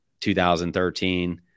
2013